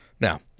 Now